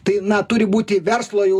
tai na turi būti verslo jau